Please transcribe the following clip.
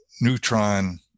neutron